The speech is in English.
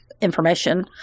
information